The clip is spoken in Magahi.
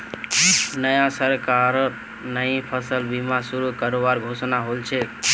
नया सरकारत नई फसल बीमा शुरू करवार घोषणा हल छ